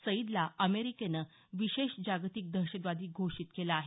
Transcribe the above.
सईदला अमेरिकेनं विशेष जागतिक दहशतवादी घोषित केलं आहे